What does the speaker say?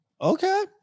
Okay